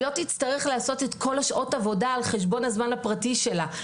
לא תצטרך לעשות את כל שעות העבודה על חשבון הזמן הפרטי שלה.